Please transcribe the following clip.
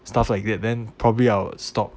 stuff like that then probably I'll stop